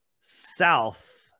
south